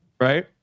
Right